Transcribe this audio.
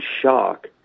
shock